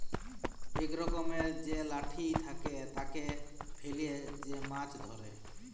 ইক রকমের যে লাঠি থাকে, তাকে ফেলে যে মাছ ধ্যরে